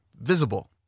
visible